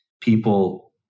people